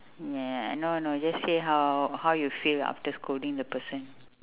y~ no no just say how how you feel after scolding the person